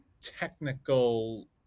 technical